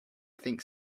think